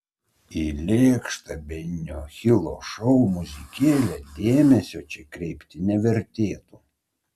į lėkštą benio hilo šou muzikėlę dėmesio čia kreipti nevertėtų